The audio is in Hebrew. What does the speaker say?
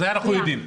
את זה אנחנו יודעים.